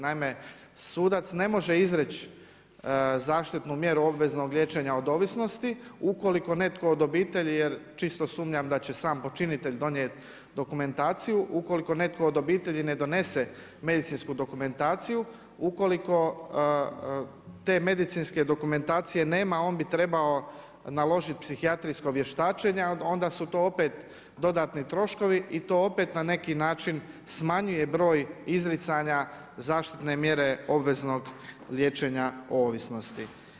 Naime, sudac ne može izreći zaštitnu mjeru obveznog liječenja od ovisnosti, ukoliko netko od obitelji, jer čisto sumnjam da će sam počinitelj donijeti dokumentaciju, ukoliko netko od obitelji ne donese medicinsku dokumentaciju, ukoliko te medicinske dokumentacije nema on bi trebao naložiti psihijatrijsko vještačenje a onda su to opet dodatni troškovi i to opet na neki način smanjuje broj izricanja zaštitne mjere obveznog liječenja o ovisnosti.